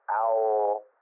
owl